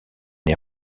est